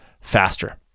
faster